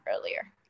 earlier